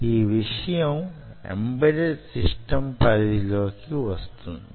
ఈ విషయం embedded system పరిధి లోకి వస్తుంది